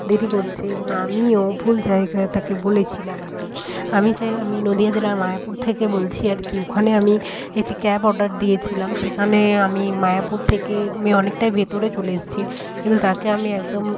দেরি করছে এবং আমিও ভুল জায়গায় তাকে বলেছিলাম আর কি আমি চাই আমি নদিয়া জেলার মায়াপুর থেকে বলছি আর কি ওখানে আমি একটি ক্যাব অর্ডার দিয়েছিলাম সেখানে আমি মায়াপুর থেকে আমি অনেকটাই ভেতরে চলে এসেছি কিন্তু তাকে আমি একদম